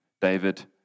David